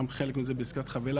גם חלק מזה בעסקת חבילה.